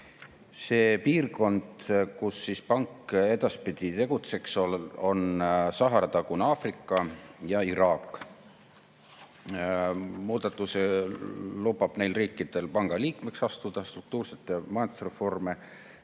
Need piirkonnad, kus pank edaspidi tegutseks, on Sahara-tagune Aafrika ja Iraak. Muudatus lubab neil riikidel panga liikmeks astuda, struktuursete majandusreformide